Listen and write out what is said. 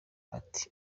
ati